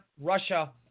Russia